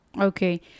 Okay